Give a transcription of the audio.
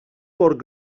porc